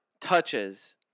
touches